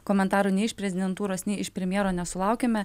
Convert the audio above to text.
komentarų nei iš prezidentūros nei iš premjero nesulaukėme